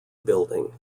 building